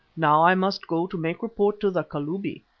now i must go to make report to the kalubi,